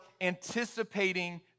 anticipating